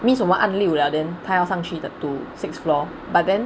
means 我们按六了 then 他要上去 to sixth floor but then